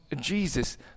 Jesus